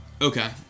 Okay